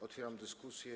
Otwieram dyskusję.